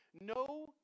No